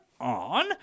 on